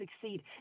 succeed